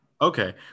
okay